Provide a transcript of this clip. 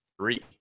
three